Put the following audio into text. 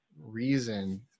reason